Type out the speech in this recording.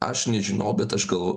aš nežinau bet aš gal